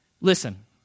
Listen